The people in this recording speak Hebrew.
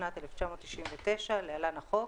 התשנ"ט-1999 (להלן- החוק),